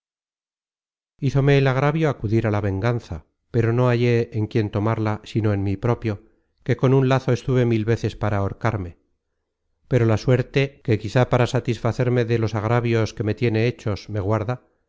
el agravio acudir a la venganza pero no hallé en quién tomarla sino en mi propio que con un lazo estuve mil veces para ahorcarme pero la suerte que quizá para satisfacerme de los agravios que me tiene hechos me guarda